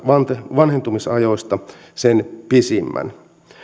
vanhentumisajoista sen pisimmän